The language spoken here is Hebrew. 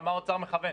למה האוצר מכוון?